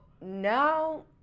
now